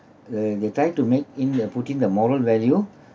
uh they tried to make in the putting the moral value